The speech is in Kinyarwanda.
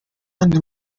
yandi